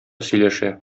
сөйләшә